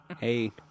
Hey